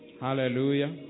Hallelujah